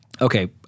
okay